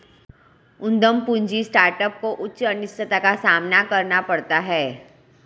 उद्यम पूंजी स्टार्टअप को उच्च अनिश्चितता का सामना करना पड़ता है